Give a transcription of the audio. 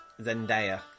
Zendaya